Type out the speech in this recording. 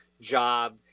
job